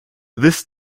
this